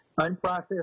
unprocessed